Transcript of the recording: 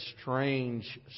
strange